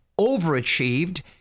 overachieved